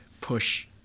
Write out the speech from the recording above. push